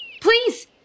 Please